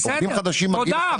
בסדר, תודה.